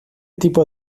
tipo